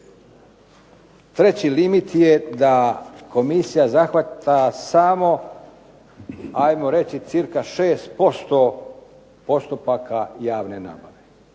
Treći limit je da komisija zahvata samo ajmo reći cca 6% postupaka javne nabave.